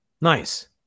Nice